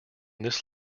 this